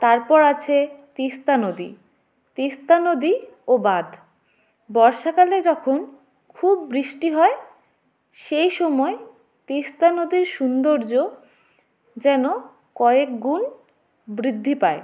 তারপর আছে তিস্তা নদী তিস্তা নদী ও বাঁধ বর্ষাকালে যখন খুব বৃষ্টি হয় সেই সময় তিস্তা নদীর সৌন্দর্য যেন কয়েক গুণ বৃদ্ধি পায়